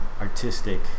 artistic